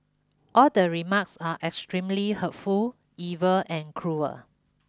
all the remarks are extremely hurtful evil and cruel